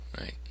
right